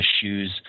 shoes